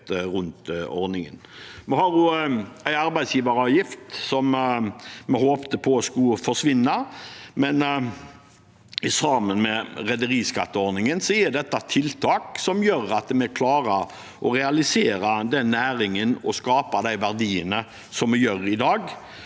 Vi har også en arbeidsgiveravgift vi håpet skulle forsvinne. Sammen med rederiskatteordningen er dette tiltak som gjør at vi klarer å realisere den næringen og skape de verdiene som vi gjør i dag,